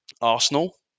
Arsenal